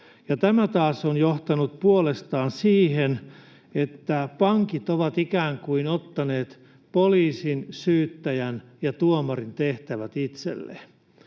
tämä taas on johtanut puolestaan siihen, että pankit ovat ikään kuin ottaneet poliisin, syyttäjän ja tuomarin tehtävät itselleen.